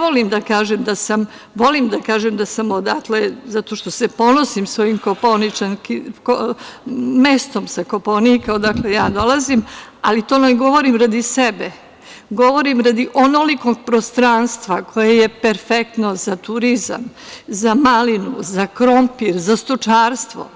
Volim da kažem da sam odatle zato što se ponosim svojim mestom sa Kopaonika odakle ja dolazim, ali to ne govorim radi sebe, govorim radi onolikog prostranstva koje je perfektno za turizam, za malinu, za krompir, za stočarstvo,